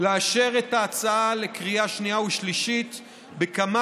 לאשר את ההצעה לקריאה שנייה ושלישית בכמה